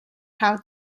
how